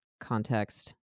context